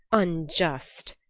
unjust,